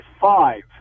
five